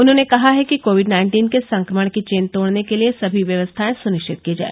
उन्होंने कहा है कि कोविड नाइन्टीन के संक्रमण की चेन तोड़ने के लिये सभी व्यवस्थायें सुनिश्चित की जाय